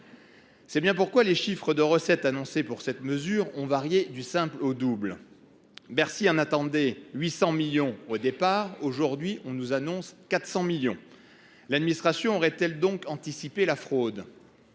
C’est bien pourquoi le montant des recettes annoncé pour cette mesure a varié du simple au double. Bercy en attendait 800 millions d’euros au départ ; aujourd’hui, on nous annonce 400 millions d’euros. L’administration aurait elle donc anticipé la fraude à